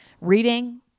reading